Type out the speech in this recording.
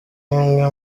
umwe